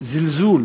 הזלזול,